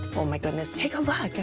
oh my goodness, take a look at